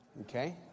Okay